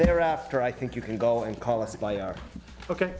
thereafter i think you can go and call us by our ok